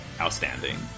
outstanding